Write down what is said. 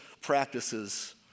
practices